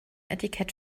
etikett